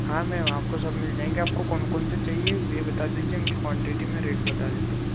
हाँ मैम आपको सब मिल जाएंगे आपको कौन कौन से चाहिए यह बता दीजिए उनकी क्वान्टिटी मैं रेट बता देता हूँ